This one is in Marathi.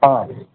हां